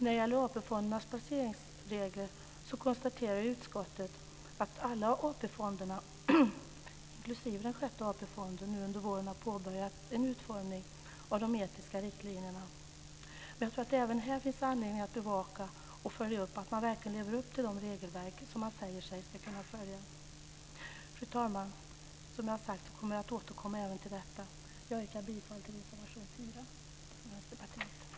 När det gäller AP fondernas placeringsregler konstaterar utskottet att alla AP-fonderna inklusive den sjätte AP-fonden nu under våren har påbörjat en utformning av de etiska riktlinjerna. Även här finns anledning att bevaka och följa upp att man verkligen lever upp till de regelverk som man säger sig kunna följa. Fru talman! Som jag tidigare har sagt återkommer jag även till detta. Jag yrkar bifall till reservation 4